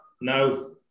no